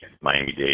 Miami-Dade